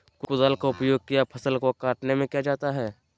कुदाल का उपयोग किया फसल को कटने में किया जाता हैं?